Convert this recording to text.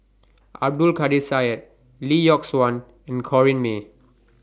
Abdul Kadir Syed Lee Yock Suan and Corrinne May